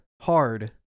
hard